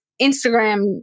Instagram